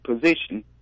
position